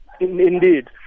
indeed